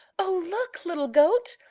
oh, look, little goat!